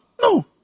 No